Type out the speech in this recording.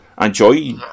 Enjoy